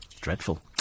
Dreadful